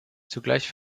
zugleich